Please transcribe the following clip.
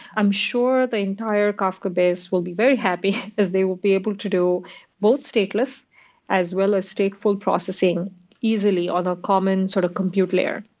i'm sure the entire kafka base will be very happy as they will be able to do both stateless as well as stateful processing easily on ah commons sort of compute layer.